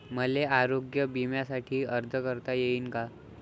मले आरोग्य बिम्यासाठी अर्ज करता येईन का?